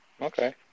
Okay